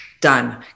done